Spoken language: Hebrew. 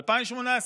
2018,